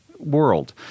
world